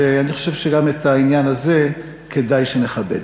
ואני חושב שגם את העניין הזה כדאי שנכבד.